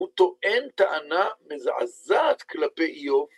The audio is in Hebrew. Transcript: הוא טוען טענה מזעזעת כלפי איוב.